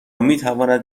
میتواند